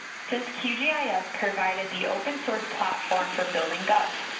since qgis provided the open-source platform for building gups,